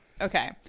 Okay